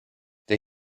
der